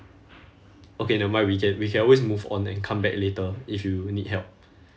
okay never mind we can we can always move on and come back later if you need help